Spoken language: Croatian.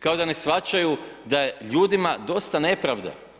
kao da ne shvaćaju da je ljudima dosta nepravde.